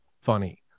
funny